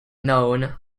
known